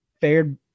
fared